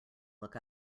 look